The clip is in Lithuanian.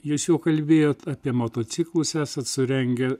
jūs jau kalbėjot apie motociklus esat surengę